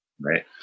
Right